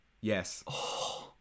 Yes